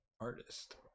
artist